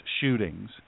shootings